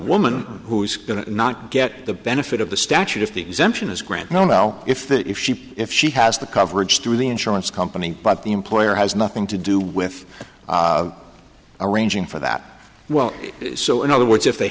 woman who's going to not get the benefit of the statute if the exemption is grandma now if that if she if she has the coverage through the insurance company but the employer has nothing to do with arranging for that well so in other words if they